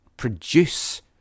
produce